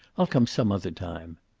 i'll come some other time.